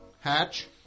Hatch